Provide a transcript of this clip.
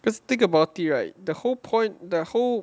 because think about it right the whole point the whole